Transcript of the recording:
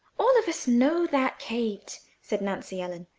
all of us know that, kate, said nancy ellen.